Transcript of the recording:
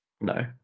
No